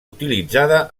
utilitzada